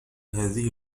هذه